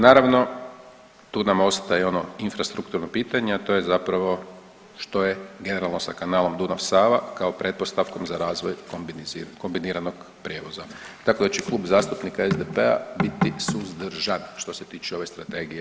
Naravno tu nam ostaje i ono infrastrukturno pitanje a to je zapravo što je generalno sa kanalom Dunav – Sava kao pretpostavkom za razvoj kombiniranog prijevoza, tako da će Klub zastupnika SDP-a biti suzdržan što se tiče ove strategije.